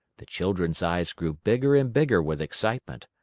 the children's eyes grew bigger and bigger with excitement.